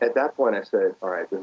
at that point, i said, all right.